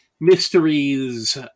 mysteries